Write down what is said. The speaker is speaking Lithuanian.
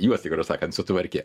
juos tikrau sakant sutvarkė